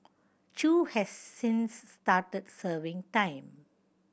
Chew has since started serving time